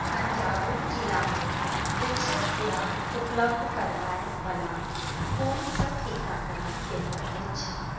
तञ्जावुर जिलामे दोसर खुराक उपलब्ध करबैवला कोनसभ टीकाकरण केन्द्र अछि